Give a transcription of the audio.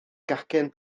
gacen